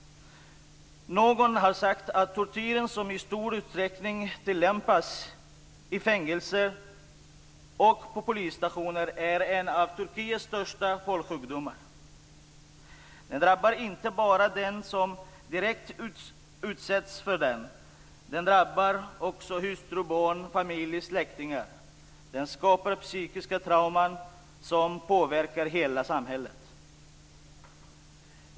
Någon har sagt att tortyren, som i stor utsträckning tillämpas i fängelser och på polisstationer, är en av Turkiets största folksjukdomar. Den drabbar inte bara den som direkt utsätts för den. Den drabbar också hustru, barn, familj och släktingar. Den skapar psykiska trauman som påverkar hela samhället.